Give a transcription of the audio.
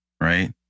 Right